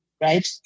right